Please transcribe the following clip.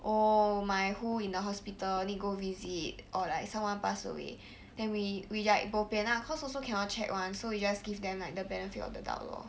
oh my who in the hospital need go visit or like someone pass away then we we like bopian lah cause also cannot check [one] so we just give them like the benefit of the doubt lor